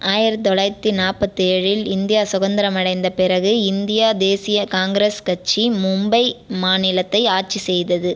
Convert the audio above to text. ஆயிரத்து தொள்ளாயித்தி நாற்பத்தி ஏழில் இந்தியா சுதந்தரமடைந்த பிறகு இந்திய தேசிய காங்கிரஸ் கட்சி மும்பை மாநிலத்தை ஆட்சி செய்தது